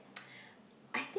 I think